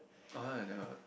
oh I never